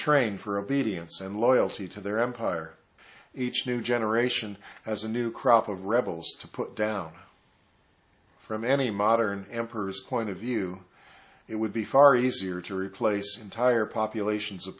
trained for obedience and loyalty to their empire each new generation as a new crop of rebels to put down from any modern emperors point of view it would be far easier to replace entire population